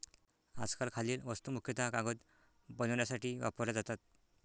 आजकाल खालील वस्तू मुख्यतः कागद बनवण्यासाठी वापरल्या जातात